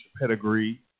pedigree